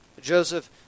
Joseph